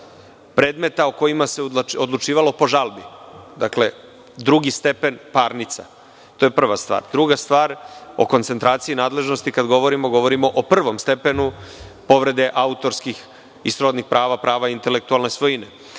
predmeta o kojima se odlučivalo po žalbi. Dakle, drugi stepen parnice. Druga stvar, o koncentraciji nadležnosti kada govorimo, govorimo o prvom stepenu povrede autorskih i srodnih prava, prava intelektualne svojine.